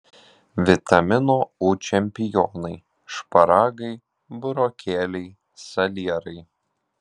vitamino u čempionai šparagai burokėliai salierai